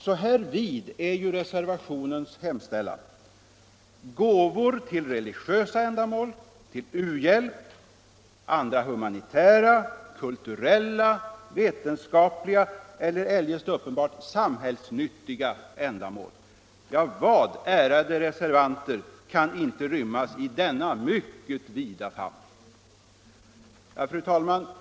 Så här vid är ju skrivningen i reservationen: ”-—- gåvor till religiösa ändamål samt till u-hjälp och andra humanitära, kulturella, vetenskapliga eller eljest uppenbart samhällsnyttiga ändamål.” Vad, ärade reservanter, kan inte rymmas i denna mycket vida famn? Fru talman!